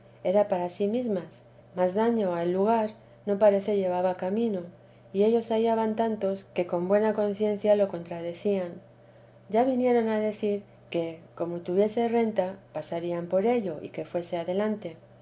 es para sí mesmas mas daño a el lugar no parece llevaba camino y ellos hallaban tantos que con buena conciencia lo contradecían ya vinieron a decir que como tuviese renta pasarían por ello y que fuese adelante